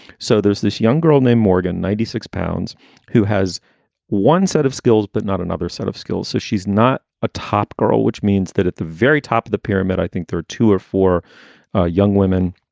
so there's this young girl named morgan. ninety six pounds who has one set of skills, but not another set of skills. so she's not a top girl, which means that at the very top of the pyramid, i think there are two or four ah young women,